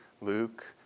Luke